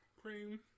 cream